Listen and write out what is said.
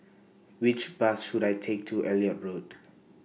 Which Bus should I Take to Elliot Road